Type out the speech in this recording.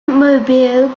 mobile